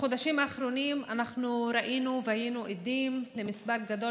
בחודשים האחרונים ראינו והיינו עדים למספר גדול